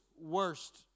worst